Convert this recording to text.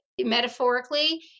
metaphorically